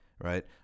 right